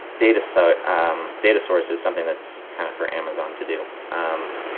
data so um data source is something that's kind of for amazon to do.